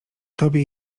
tobie